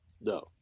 No